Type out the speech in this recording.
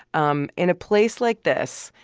um in a place like this,